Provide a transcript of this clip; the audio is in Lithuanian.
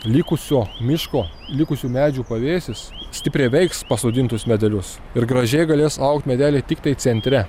likusio miško likusių medžių pavėsis stipriai veiks pasodintus medelius ir gražiai galės augt medeliai tiktai centre